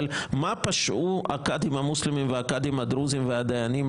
אבל מה פשעו הקאדים המוסלמים והקאדים הדרוזים והדיינים?